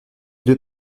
deux